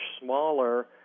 smaller